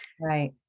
Right